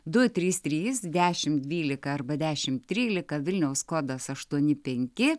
du trys trys dešimt dvylika arba dešimt trylika vilniaus kodas aštuoni penki